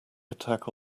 attack